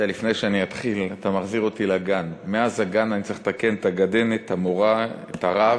לתקן את הגננת, את המורה, את הרב: